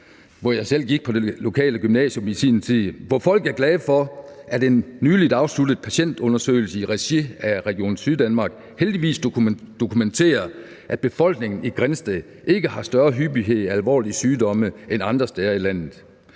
hvor folk er glade for, at en nyligt afsluttet patientundersøgelse i regi af Region Syddanmark heldigvis dokumenterer, at befolkningen i Grindsted ikke har større hyppighed af alvorlige sygdomme end folk andre steder i landet.